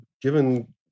given